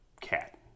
cat